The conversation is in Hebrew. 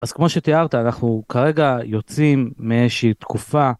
אז כמו שתיארת אנחנו כרגע יוצאים מאיזשהי תקופה.